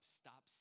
stop